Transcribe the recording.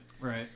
right